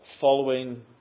following